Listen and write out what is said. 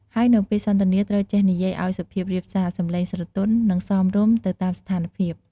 ហើយនៅពេលសន្ទនាត្រូវចេះនិយាយឲ្យសុភាពរាបសា សម្លេងស្រទន់ និងសមរម្យទៅតាមស្ថានភាព។